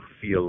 feel